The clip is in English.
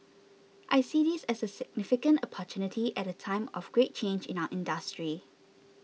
I see this as a significant opportunity at a time of great change in our industry